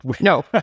No